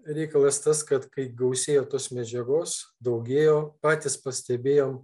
reikalas tas kad kai gausėjo tos medžiagos daugėjo patys pastebėjom